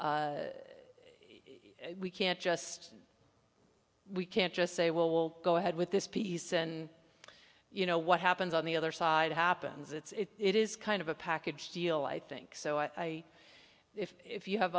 we can't just we can't just say well we'll go ahead with this piece and you know what happens on the other side happens it's it is kind of a package deal i think so i if you have